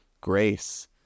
grace